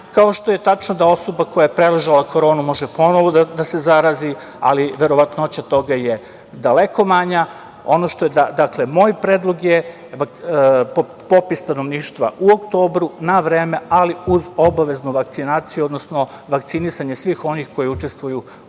kao što je tačno da osoba koja je preležala koronu može ponovo da se zarazi, ali verovatnoća toga je daleko manja. Ono što je moj predlog je popis stanovništva u oktobru, na vreme, ali uz obaveznu vakcinaciju, odnosno vakcinisanje svih onih koji učestvuju u tom